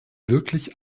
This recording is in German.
wirklich